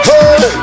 Hey